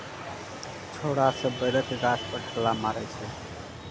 छौरा सब बैरक गाछ पर ढेला मारइ छै